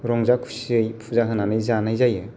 रंजा खुसियै फुजा होनानै जानाय जायो